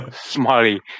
smiley